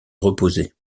reposer